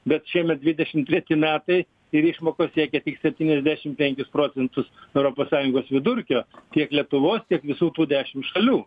bet šiemet dvidešim treti metai ir išmokos siekia tik septyniasdešim penkis procentus europos sąjungos vidurkio tiek lietuvos tiek visų tų dešim šalių